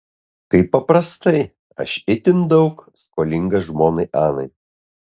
kaip paprastai aš itin daug skolingas žmonai anai